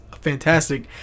fantastic